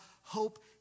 hope